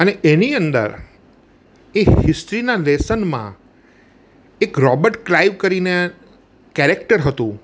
અને એની અંદર એ હિસ્ટ્રીના લેશનમાં એક રોબર્ટ ક્લાઇવ કરીને કેરેક્ટર હતું